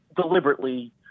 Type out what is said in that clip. deliberately